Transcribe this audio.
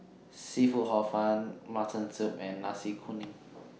Seafood Hor Fun Mutton Soup and Nasi Kuning